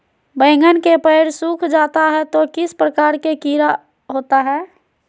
बैगन के पेड़ सूख जाता है तो किस प्रकार के कीड़ा होता है?